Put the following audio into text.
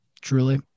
Truly